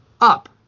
up